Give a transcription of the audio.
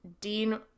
Dean